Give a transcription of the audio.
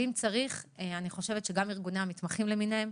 ואם צריך, אני חושבת שגם ארגוני המתמחים למיניהם